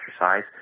exercise